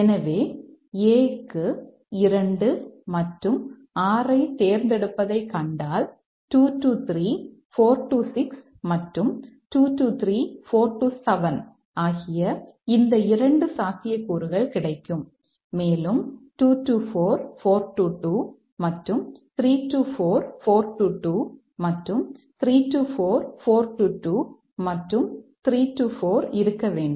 எனவே A க்கு 2 மற்றும் 6 ஐத் தேர்ந்தெடுப்பதைக் கண்டால் 2 3 4 6 மற்றும் 2 3 4 7 ஆகிய இந்த 2 சாத்தியக்கூறுகள் கிடைக்கும் மேலும் 2 4 4 2 மற்றும் 3 4 4 2 மற்றும் 3 4 4 2 மற்றும் 3 4 இருக்க வேண்டும்